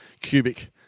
cubic